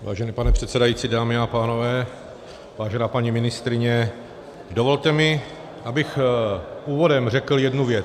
Vážený pane předsedající, dámy a pánové, vážená paní ministryně, dovolte mi, abych úvodem řekl jednu věc.